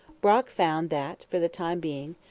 brock found that, for the time being,